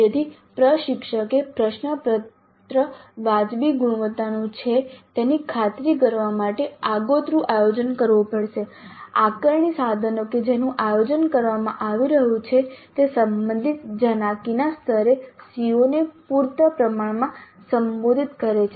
તેથી પ્રશિક્ષકે પ્રશ્નપત્ર વાજબી ગુણવત્તાનું છે તેની ખાતરી કરવા માટે આગોતરું આયોજન કરવું પડશે આકારણી સાધનો કે જેનું આયોજન કરવામાં આવી રહ્યું છે તે સંબંધિત જનાક્રીના સ્તરે CO ને પૂરતા પ્રમાણમાં સંબોધિત કરે છે